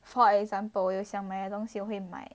for example 我有想买的东西我会买